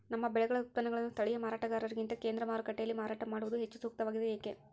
ನಮ್ಮ ಬೆಳೆಗಳ ಉತ್ಪನ್ನಗಳನ್ನು ಸ್ಥಳೇಯ ಮಾರಾಟಗಾರರಿಗಿಂತ ಕೇಂದ್ರ ಮಾರುಕಟ್ಟೆಯಲ್ಲಿ ಮಾರಾಟ ಮಾಡುವುದು ಹೆಚ್ಚು ಸೂಕ್ತವಾಗಿದೆ, ಏಕೆ?